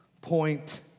point